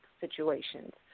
situations